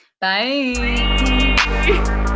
Bye